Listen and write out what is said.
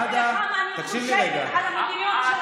אתה ואני לא מבינים מה היא אומרת.